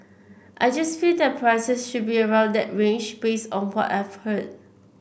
I just feel that prices should be around that range based on what I've heard